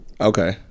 Okay